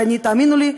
ותאמינו לי,